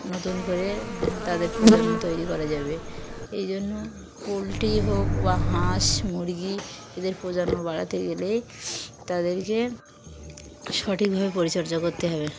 নতুন করে তাদের প্রজন্ম তৈরি করা যাবে এই জন্য পোলট্রি হোক বা হাঁস মুরগি এদের প্রজন্ম বাড়াতে গেলে তাদেরকে সঠিকভাবে পরিচর্যা করতে হবে